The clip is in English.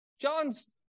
John's